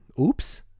Oops